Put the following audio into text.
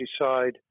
decide